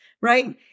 right